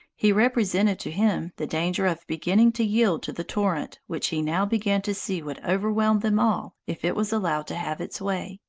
he represented to him the danger of beginning to yield to the torrent which he now began to see would overwhelm them all if it was allowed to have its way.